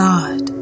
God